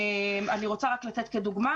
אני רוצה לתת דוגמה.